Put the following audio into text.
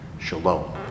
shalom